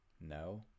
No